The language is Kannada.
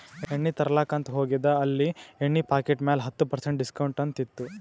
ಎಣ್ಣಿ ತರ್ಲಾಕ್ ಅಂತ್ ಹೋಗಿದ ಅಲ್ಲಿ ಎಣ್ಣಿ ಪಾಕಿಟ್ ಮ್ಯಾಲ ಹತ್ತ್ ಪರ್ಸೆಂಟ್ ಡಿಸ್ಕೌಂಟ್ ಅಂತ್ ಇತ್ತು